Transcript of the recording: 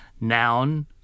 Noun